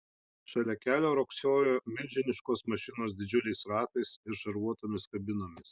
šalia kelio riogsojo milžiniškos mašinos didžiuliais ratais ir šarvuotomis kabinomis